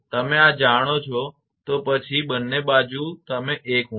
તમે આ જાણો છો તો પછી બંને બાજુ તમે 1 ઉમેરો